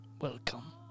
Welcome